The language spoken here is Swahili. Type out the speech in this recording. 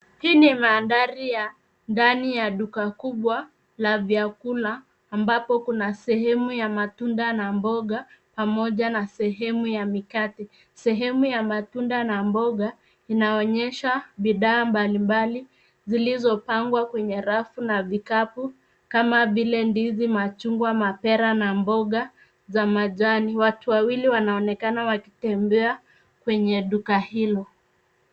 Hii ni mandhari ya ndani ya duka kubwa la vyakula, ambapo kuna sehemu ya matunda na mboga pamoja na sehemu ya mikate. Sehemu ya matunda na mboga inaonyesha bidhaa mbalimbali zilizopangwa kwenye rafu na vikapu kama vile ndizi, machungwa, mapera na mboga za majani. Watu wawili wanaonekana wakitembea kwenye duka hilo.